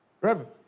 Reverend